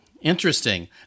Interesting